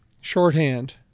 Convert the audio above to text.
Shorthand